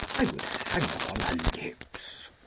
i would hang upon her lips.